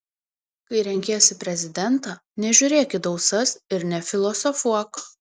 kai renkiesi prezidentą nežiūrėk į dausas ir nefilosofuok